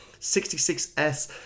66s